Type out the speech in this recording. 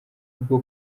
bwo